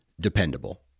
dependable